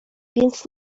więc